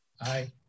aye